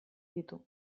ditu